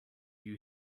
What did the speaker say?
you